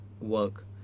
work